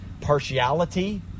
partiality